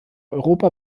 europa